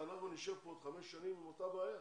אנחנו נשב פה בעוד חמש שנים עם אותה בעיה.